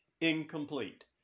incomplete